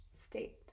state